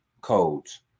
codes